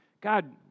God